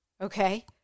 Okay